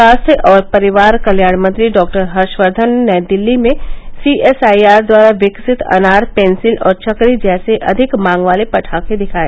स्वास्थ्य और परिवार कत्याण मंत्री डॉ हर्षवर्धन ने नई दिल्ली में सीएसआईआर द्वारा विकसित अनार पेंसिल और चक्करी जैसे अधिक मांग वाले पटाखे दिखाए